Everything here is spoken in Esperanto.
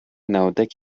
naŭdek